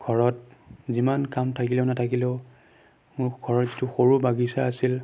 ঘৰত যিমান কাম থাকিলেও নাথাকিলেও মোৰ ঘৰত যিটো সৰু বাগিচা আছিল